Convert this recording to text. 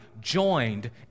joined